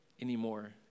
anymore